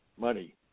money